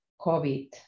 covid